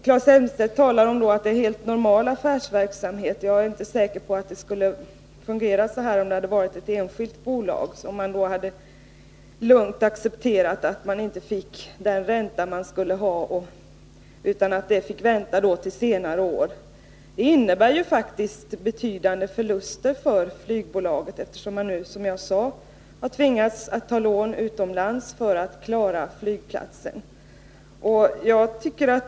Claes Elmstedt talar om att det är en helt normal affärsmässig verksamhet. Jag är inte säker på att det skulle fungera så här, om det hade varit ett enskilt bolag. Då hade man lugnt accepterat att man inte fick den ränta man skulle ha utan måste vänta till senare år. Det innebär faktiskt betydande förluster för flygbolaget, eftersom man nu, som jag sade, har tvingats att ta lån utomlands för att klara flygplatsen.